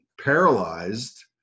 paralyzed